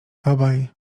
obaj